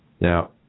Now